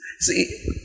See